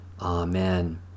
Amen